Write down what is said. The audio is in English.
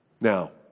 Now